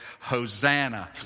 Hosanna